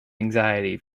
anxiety